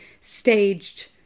staged